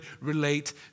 relate